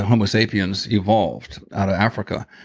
homo sapiens evolved out of africa.